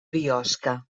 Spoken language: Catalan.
biosca